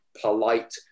polite